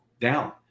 down